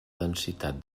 densitat